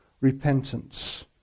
repentance